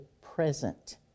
present